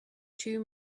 two